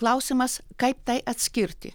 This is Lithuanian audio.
klausimas kaip tai atskirti